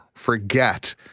forget